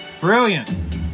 Brilliant